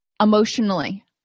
emotionally